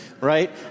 right